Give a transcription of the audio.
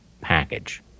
package